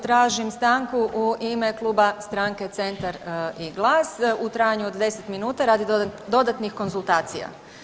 Tražim stanku u ime kluba stranke i Centar i GLAS u trajanju od 10 minuta radi dodatnih konzultacija.